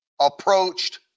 approached